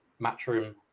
Matchroom